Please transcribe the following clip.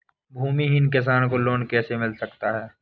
भूमिहीन किसान को लोन कैसे मिल सकता है?